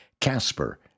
Casper